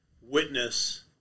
witness